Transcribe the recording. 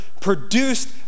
produced